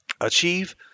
achieve